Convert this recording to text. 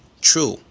true